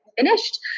finished